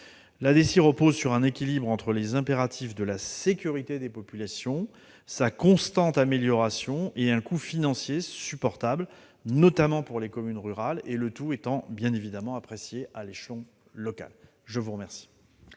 La DECI repose sur un équilibre entre les impératifs de la sécurité des populations, sa constante amélioration et un coût financier supportable, notamment pour les communes rurales, le tout étant apprécié à l'échelon local. La parole